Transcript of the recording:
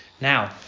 now